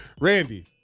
Randy